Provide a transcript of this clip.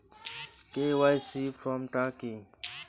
KYC form টা কি?